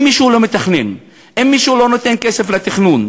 אם מישהו לא מתכנן, אם מישהו לא נותן כסף לתכנון,